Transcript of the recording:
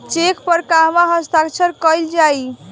Check पर कहवा हस्ताक्षर कैल जाइ?